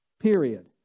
period